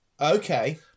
Okay